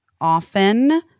often